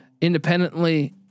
independently